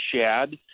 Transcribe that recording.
shad